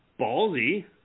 ballsy